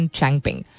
Changping